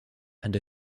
and